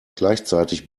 gleichzeitig